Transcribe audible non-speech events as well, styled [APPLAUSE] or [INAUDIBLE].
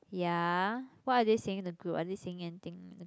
ya what are they saying in the group are they saying anything [NOISE]